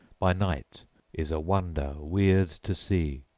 by night is a wonder weird to see,